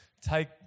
take